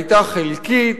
היתה חלקית,